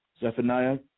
Zephaniah